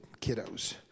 kiddos